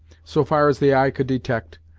so far as the eye could detect,